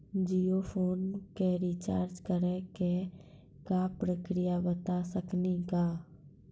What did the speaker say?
Jio phone के recharge करे के का प्रक्रिया बता साकिनी का?